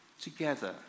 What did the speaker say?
together